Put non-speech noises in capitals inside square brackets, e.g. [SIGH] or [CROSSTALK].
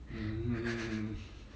mm [LAUGHS]